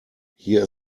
here